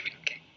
okay